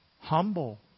Humble